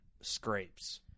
scrapes